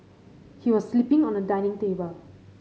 he was sleeping on a dining table